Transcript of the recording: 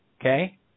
Okay